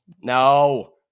No